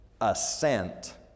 assent